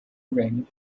ring